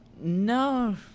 No